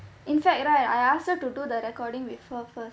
in fact right I ask her to do the recording with her first